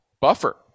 buffer